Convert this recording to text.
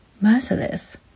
merciless